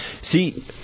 see